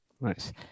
Nice